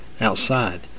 outside